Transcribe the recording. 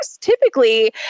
typically